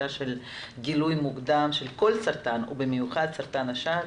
הגילוי המוקדם של כל סרטן ובמיוחד סרטן השד,